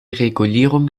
regulierung